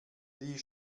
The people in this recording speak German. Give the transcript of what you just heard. die